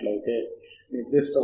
అక్కడే ఈ పోర్టల్ సామర్థ్యం ఉంటుంది